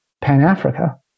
Pan-Africa